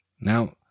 Now